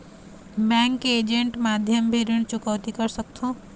Bank के agent माध्यम भी ऋण चुकौती कर सकथों?